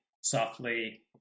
softly